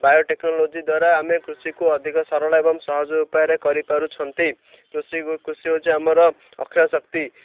biotechnology ଦ୍ୱାରା ଆମେ କୃଷିକୁ ଅଧିକ ସରଳ ଏବଂ ସହଜ ଉପାୟରେ କରିପାରୁଛନ୍ତି କୃଷି କୃଷି ହଉଛି ଆମର ଅକ୍ଷୟ ଶକ୍ତି